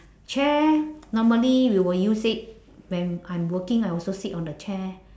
chair normally we will use it when I'm working I also sit on the chair